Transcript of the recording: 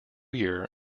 year